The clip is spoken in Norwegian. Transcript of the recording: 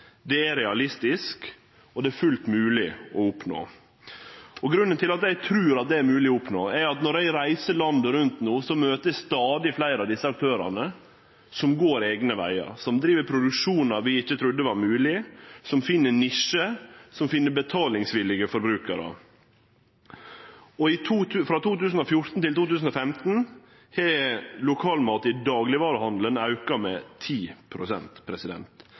Det er realistisk, og det er fullt mogleg å oppnå. Grunnen til at eg trur at det er mogleg å oppnå, er at når eg reiser landet rundt, møter eg stadig fleire av desse aktørane som går eigne vegar, som driv produksjon vi ikkje trudde var mogleg, som finn ein nisje, som finn betalingsvillige forbrukarar. Frå 2014 til 2015 auka omsetnaden av lokalmat i daglegvarehandelen med